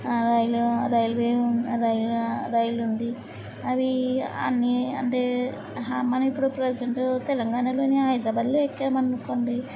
ఆ రైలు రైల్వే రైలు రైలు ఉంది అవి అన్నీ అంటే మనం ఇప్పుడు ప్రెజెంట్ తెలంగాణలోని హైదరాబాదులో ఎక్కాము అనుకోండి